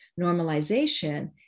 normalization